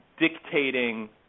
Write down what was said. dictating